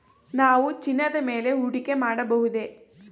ನಾವು ಚಿನ್ನದ ಮೇಲೆ ಹೂಡಿಕೆ ಮಾಡಬಹುದೇ?